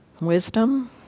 wisdom